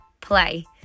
play